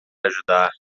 ajudar